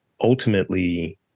ultimately